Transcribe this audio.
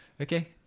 Okay